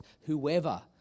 whoever